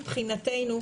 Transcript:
מבחינתנו,